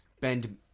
bend